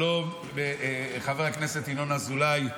שלום לחבר הכנסת ינון אזולאי,